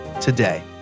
today